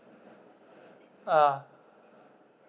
ah